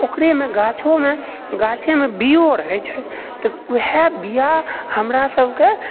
तऽ ओकरेमऽ गाछोमऽ गाछेमऽ बीओ रहैत छै तऽ वएह बीआ हमरा सभके